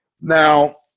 Now